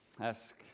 Ask